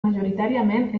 majoritàriament